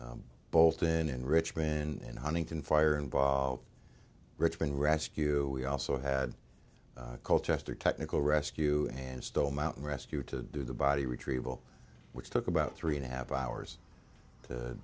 had both in richmond and huntington fire involved richmond rescue we also had culture ester technical rescue and still mountain rescue to do the body retrieval which took about three and a half hours to